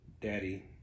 daddy